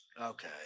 okay